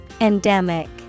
Endemic